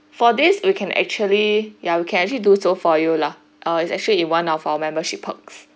for this we can actually ya we can actually do so for you lah err it's actually is one of our membership perks